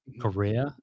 career